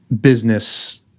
business